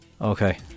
Okay